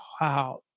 wow